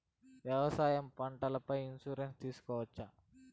వ్యవసాయ పంటల పై ఇన్సూరెన్సు తీసుకోవచ్చా?